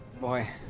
Boy